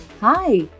Hi